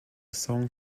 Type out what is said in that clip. song